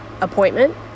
appointment